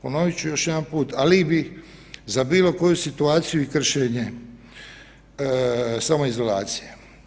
Ponovit ću još jedanput, alibi za bilo koju situaciju i kršenje samoizolacije.